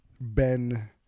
Ben